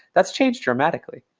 that's changed dramatically.